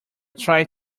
try